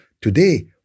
Today